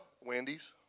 Wendy's